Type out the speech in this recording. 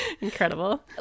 incredible